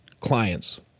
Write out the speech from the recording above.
clients